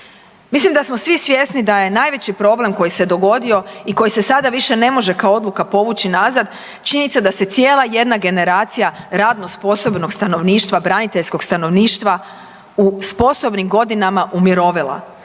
Mislim da smo svi svjesni da je najveći problem koji se dogodio i koji se sada više ne može kao odluka povući nazad, činjenica da se cijela jedna generacija radno sposobnog stanovništva, braniteljskog stanovništva u sposobnim godinama umirovila